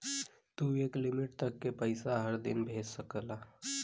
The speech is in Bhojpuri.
तू एक लिमिट तक के पइसा हर दिन भेज सकला